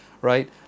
right